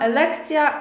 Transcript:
lekcja